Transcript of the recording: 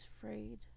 frayed